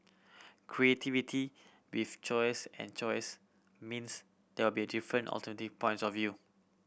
creativity with chaos and chaos means there'll be different alternate points of view